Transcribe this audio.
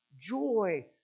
joy